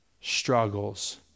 struggles